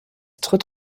tritt